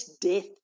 death